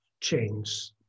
change